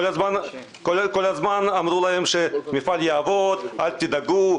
כל הזמן אמרו להם שהמפעל יעבוד: "אל תדאגו,